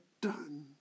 done